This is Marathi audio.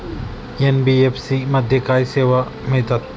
एन.बी.एफ.सी मध्ये काय सेवा मिळतात?